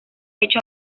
hecho